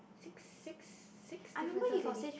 six six six differences already